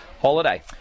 holiday